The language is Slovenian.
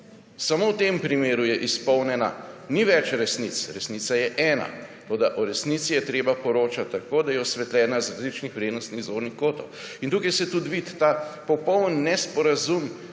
Samo v tem primeru je izpolnjena. Ni več resnic. Resnica je ena, toda o resnici je treba poročati tako, da je osvetljena z različnih vrednostnih zornih kotov. Tukaj se tudi vidi ta popoln nesporazum